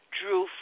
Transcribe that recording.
drew